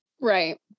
right